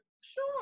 sure